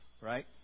right